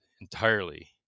entirely